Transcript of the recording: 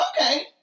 okay